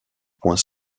point